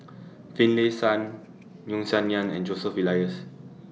Finlayson Yeo Song Nian and Joseph Elias